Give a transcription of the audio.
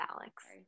Alex